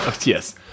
Yes